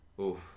Oof